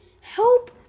help